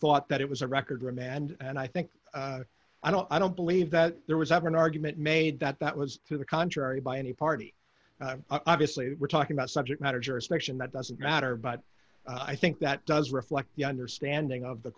thought that it was a record remand and i think i don't i don't believe that there was ever an argument made that that was to the contrary by any party obviously we're talking about subject matter jurisdiction that doesn't matter but i think that does reflect the understanding of the